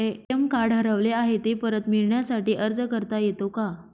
ATM card हरवले आहे, ते परत मिळण्यासाठी अर्ज करता येतो का?